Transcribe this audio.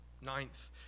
Ninth